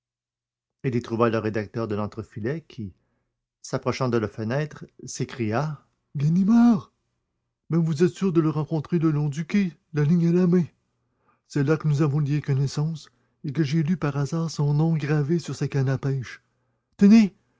il y trouva le rédacteur de l'entrefilet qui s'approchant de la fenêtre s'écria ganimard mais vous êtes sûr de le rencontrer le long du quai la ligne à la main c'est là que nous avons lié connaissance et que j'ai lu par hasard son nom gravé sur sa canne à pêche tenez